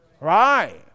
Right